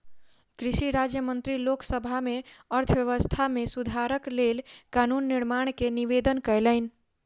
कृषि राज्य मंत्री लोक सभा में अर्थव्यवस्था में सुधारक लेल कानून निर्माण के निवेदन कयलैन